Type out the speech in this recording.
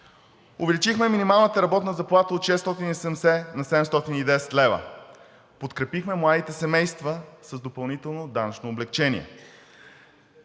увеличихме минималната работна заплата от 670 на 710 лв.; подкрепихме младите семейства с допълнително данъчно облекчение;